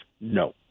no